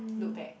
look back